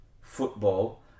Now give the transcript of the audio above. football